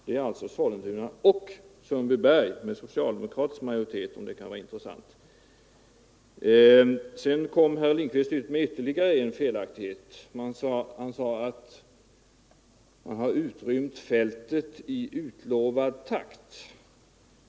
Det är alltså Sollentuna och Sundbyberg, den senare med socialdemokratisk majoritet, om det kan vara intressant. Herr Lindkvist kom med ytterligare en felaktighet. Han sade att man har utrymt Järvafältet i utlovad takt.